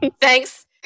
Thanks